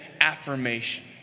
affirmation